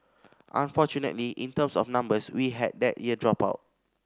unfortunately in terms of numbers we had that year drop out